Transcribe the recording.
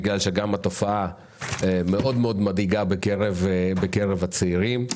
בגלל שגם התופעה מאוד מדאיגה בקרב הצעירים.